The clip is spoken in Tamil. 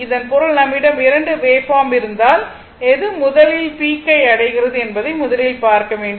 இதன் பொருள் நம்மிடம் 2 வேவ்பார்ம் இருந்தால் எது முதல் பீக்கை அடைகிறது என்பதை முதலில் பார்க்க வேண்டும்